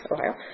Ohio